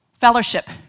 fellowship